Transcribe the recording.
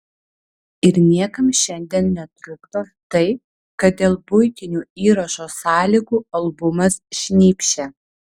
ir niekam šiandien netrukdo tai kad dėl buitinių įrašo sąlygų albumas šnypščia